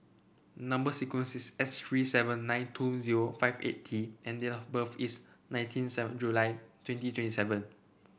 number sequence is S three seven nine two zero five eight T and date of birth is nineteen seven July twenty twenty seven